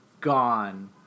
gone